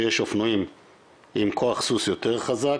שיש אופנועים עם כוח סוס יותר חזק,